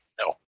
No